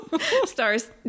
Stars